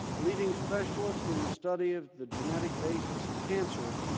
leading specialist in the study of the genetic basis of cancer,